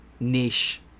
niche